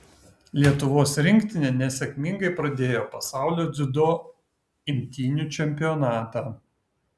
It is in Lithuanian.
lietuvos rinktinė nesėkmingai pradėjo pasaulio dziudo imtynių čempionatą